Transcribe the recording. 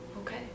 okay